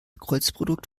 kreuzprodukt